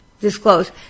disclose